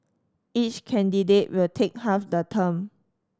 each candidate will take half the term